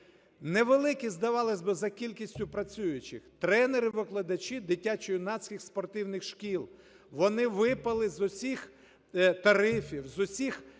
невеликі, здавалось би, за кількістю працюючих, тренери-викладачі дитячо-юнацьких спортивних шкіл, вони випали з усіх тарифів, з усіх